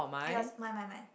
!aiya! mine mine mine